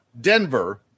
Denver